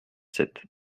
sept